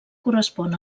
correspon